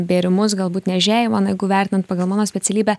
bėrimus galbūt niežėjimą na jeigu vertinant pagal mano specialybę